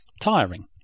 tiring